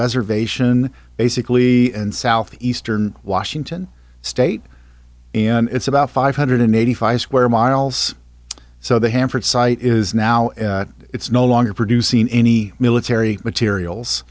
reservation basically and south eastern washington state and it's about five hundred eighty five square miles so they hanford site is now it's no longer producing any military materials